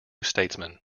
statesman